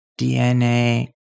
DNA